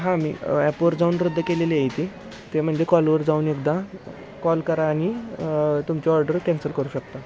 हां मी ॲपवर जाऊन रद्द केलेली आहे ती ते म्हणाले कॉलवर जाऊन एकदा कॉल करा आणि तुमची ऑर्डर कॅन्सल करू शकता